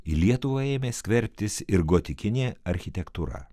į lietuvą ėmė skverbtis ir gotikinė architektūra